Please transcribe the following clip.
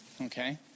Okay